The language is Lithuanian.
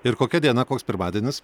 ir kokia diena koks pirmadienis